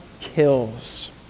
kills